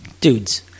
dudes